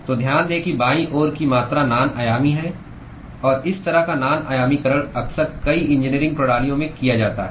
तो ध्यान दें कि बाईं ओर की मात्रा नान आयामी है और इस तरह का नान आयामीकरण अक्सर कई इंजीनियरिंग प्रणालियों में किया जाता है